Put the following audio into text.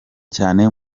cyane